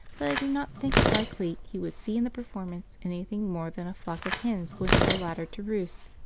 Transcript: that i did not think it likely he would see in the performance anything more than a flock of hens going up a ladder to roost.